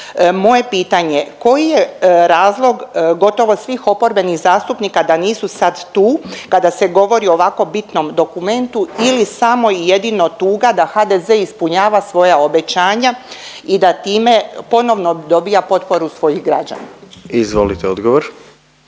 Moje pitanje, koji je razlog gotovo svih oporbenih zastupnika da nisu sad tu kada se govori o ovako bitnom dokumentu ili samo i jedino tuga da HDZ ispunjava svoja obećanja i da time ponovno dobija potporu svojih građana? **Jandroković,